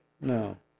no